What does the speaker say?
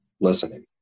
listening